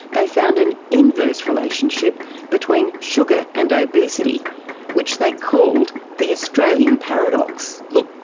they found an inverse relationship between sugar and obesity which they called the australian paradox. look,